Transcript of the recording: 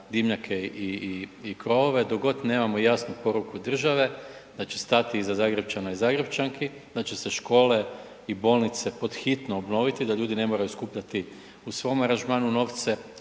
dimnjake i krovove, dok god nemamo jasnu poruku države da će stati iza Zagrepčana i Zagrepčanki, da će se škole i bolnice pod hitno obnoviti, da ljudi ne moraju skupljati u svom aranžmanu novce.